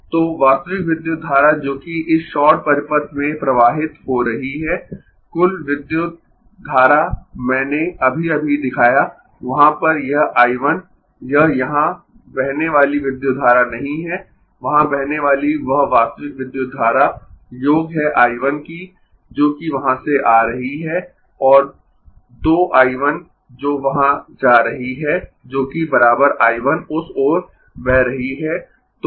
तो वास्तविक विद्युत धारा जो कि इस शॉर्ट परिपथ में प्रवाहित हो रही है कुल विद्युत धारा मैंने अभी अभी दिखाया वहाँ पर यह I 1 यह यहाँ बहने वाली विद्युत धारा नहीं है वहाँ बहने वाली वह वास्तविक विद्युत धारा योग है I 1 की जो कि वहाँ से आ रही है और 2 I 1 जो वहाँ जा रही है जोकि I 1 उस ओर बह रही है